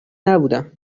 نبودم